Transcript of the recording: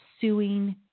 suing